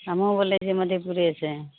हमहुँ बोलै छी मधेपुरे से